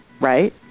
right